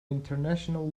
international